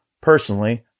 personally